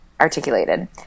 Articulated